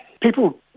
people